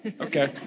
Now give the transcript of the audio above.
Okay